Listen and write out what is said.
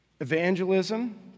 Evangelism